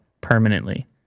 permanently